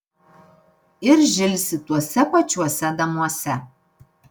ir žilsi tuose pačiuose namuose